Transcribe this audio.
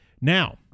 Now